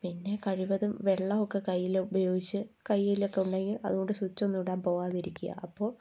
പിന്നെ കഴിവതും വെള്ളമൊക്കെ കൈയിൽ ഉപയോഗിച്ച് കൈയിലൊക്കെ ഉണ്ടെങ്കിൽ അത്കൊണ്ട് സ്വിച്ച് ഒന്നും ഇടാൻ പോകാതെ ഇരിക്കുക അപ്പോൾ